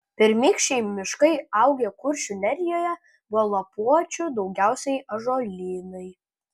pirmykščiai miškai augę kuršių nerijoje buvo lapuočių daugiausiai ąžuolynai